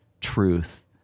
truth